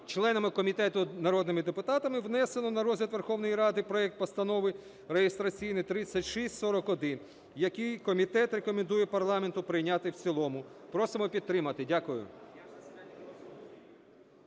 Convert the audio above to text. членами комітету, народними депутатами, внесено на розгляд Верховної Ради проект Постанови реєстраційний 3641, який комітет рекомендує парламенту прийняти в цілому. Просимо підтримати. Дякую.